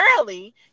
early